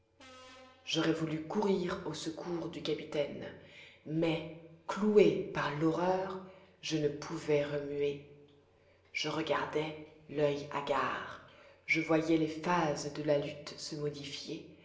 j'aurais voulu courir au secours du capitaine mais cloué par l'horreur je ne pouvais remuer je regardais l'oeil hagard je voyais les phases de la lutte se modifier